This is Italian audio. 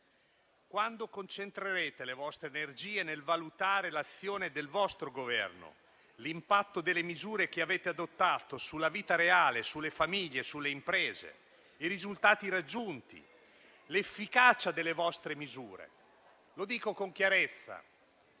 Quando concentrerete le vostre energie nel valutare l'azione del vostro Governo, l'impatto delle misure che avete adottato sulla vita reale, sulle famiglie e sulle imprese, i risultati raggiunti, l'efficacia delle vostre misure? Lo dico con chiarezza.